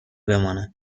بمانم